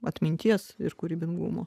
atminties ir kūrybingumo